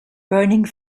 burning